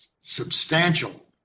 substantial